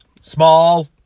Small